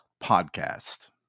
podcast